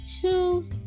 two